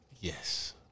Yes